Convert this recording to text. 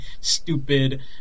stupid